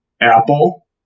Apple